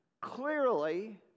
clearly